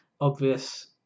obvious